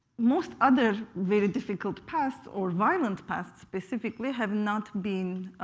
most other very difficult pasts or violent pasts, specifically, have not been